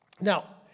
Now